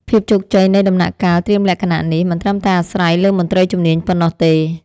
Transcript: ភាពជោគជ័យនៃដំណាក់កាលត្រៀមលក្ខណៈនេះ មិនត្រឹមតែអាស្រ័យលើមន្ត្រីជំនាញប៉ុណ្ណោះទេ។